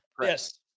Yes